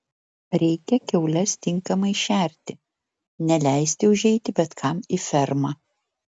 reikia kiaules tinkamai šerti neleisti užeiti bet kam į fermą